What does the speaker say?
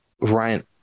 Ryan